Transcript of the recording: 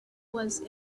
was